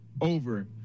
over